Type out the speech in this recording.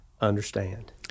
understand